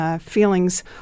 feelings